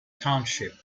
township